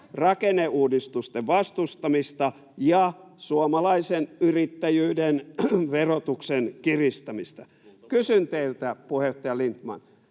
rakenneuudistusten vastustamista ja suomalaisen yrittäjyyden verotuksen kiristämistä. Kysyn teiltä, puheenjohtaja Lindtman: